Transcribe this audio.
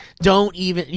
don't even,